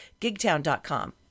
gigtown.com